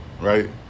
right